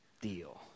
deal